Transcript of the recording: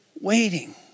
waiting